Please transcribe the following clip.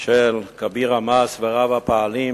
של כביר המעש ורב הפעלים